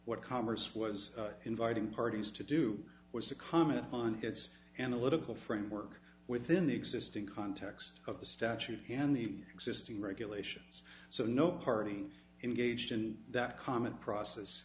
what commerce was inviting parties to do was to comment on its analytical framework within the existing context of the statute and the existing regulations so no party engaged in that comment process